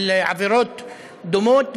על עבירות דומות,